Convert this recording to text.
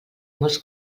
molts